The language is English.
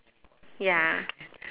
ya